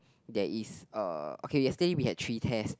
there is a okay yesterday we had three tests